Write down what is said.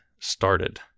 started